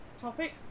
topic